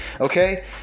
Okay